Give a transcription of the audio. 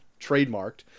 trademarked